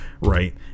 right